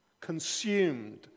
consumed